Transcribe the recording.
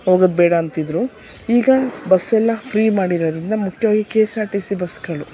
ಹೋಗೋದ್ಬೇಡ ಅಂತಿದ್ದರು ಈಗ ಬಸ್ಸೆಲ್ಲ ಫ್ರೀ ಮಾಡಿರೋದರಿಂದ ಮುಖ್ಯವಾಗಿ K S R T C ಬಸ್ಗಳು